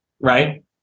right